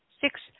Six